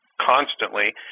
constantly